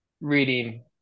reading